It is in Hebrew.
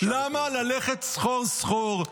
למה ללכת סחור סחור?